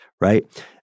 right